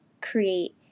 create